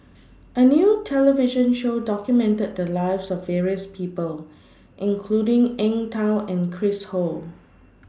A New television Show documented The Lives of various People including Eng Tow and Chris Ho